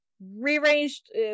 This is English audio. rearranged